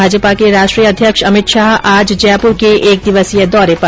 भाजपा के राष्ट्रीय अध्यक्ष अमित शाह आज जयपुर के एक दिवसीय दौरे पर